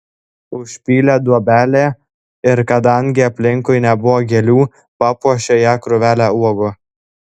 užpylė duobelę ir kadangi aplinkui nebuvo gėlių papuošė ją krūvele uogų